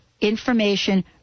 information